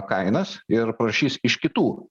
kainas ir prašys iš kitų